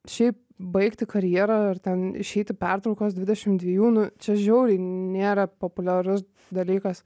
šiaip baigti karjerą ar ten išeiti pertraukos dvidešim dviejų nu čia žiauriai nėra populiarus dalykas